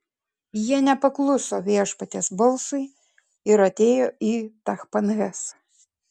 jie nepakluso viešpaties balsui ir atėjo į tachpanhesą